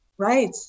Right